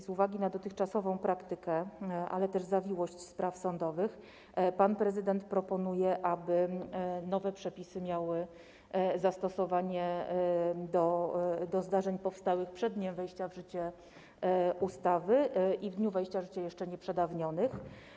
Z uwagi na dotychczasową praktykę, ale też zawiłość spraw sądowych pan prezydent proponuje, aby nowe przepisy miały zastosowanie do zdarzeń powstałych przed dniem wejścia w życie ustawy i w dniu jej wejścia w życie jeszcze nieprzedawnionych.